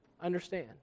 understand